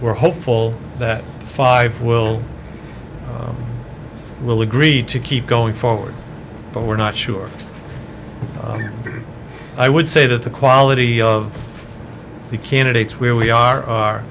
we're hopeful that five will will agreed to keep going forward but we're not sure i would say that the quality of the candidates where we are are